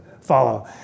follow